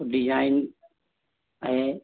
design है